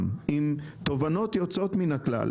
עם תובנות יוצאות מן הכלל,